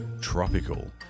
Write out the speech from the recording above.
tropical